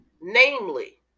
namely